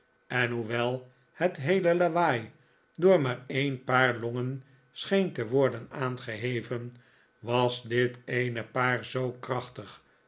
en hoewel het heele lawaai door maar een paar longen scheen te worden aangeheven was dit eene paar zoo krachtig